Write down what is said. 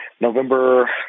November